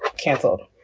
kanthal,